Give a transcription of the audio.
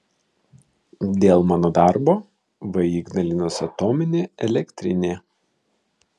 dėl mano darbo vį ignalinos atominė elektrinė